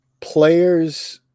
players